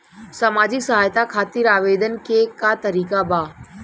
सामाजिक सहायता खातिर आवेदन के का तरीका बा?